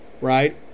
right